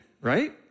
right